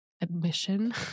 admission